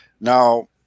Now